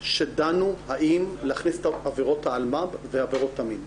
שדנו האם להכניס את עבירות אלימות במשפחה ועבירות המין,